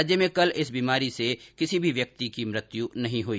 राज्य में कल इस बीमारी से किसी भी व्यक्ति की मृत्यु नहीं हुई